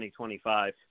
2025